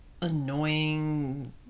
annoying